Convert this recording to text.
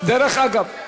דרך אגב,